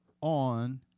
on